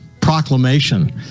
proclamation